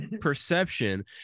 perception